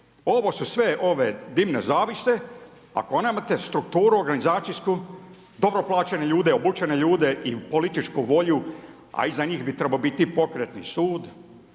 Ovo su sve ove dimne zavjese. Ako nemate strukturu organizacijsku, dobro plaćene ljude, obučene ljude i političku volju a iza njih bi trebao biti pokretni sud